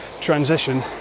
transition